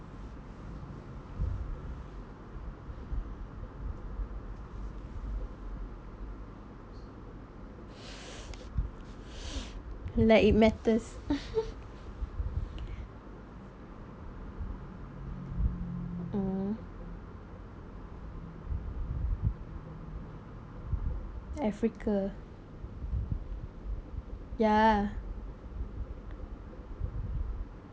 like it matters mm africa ya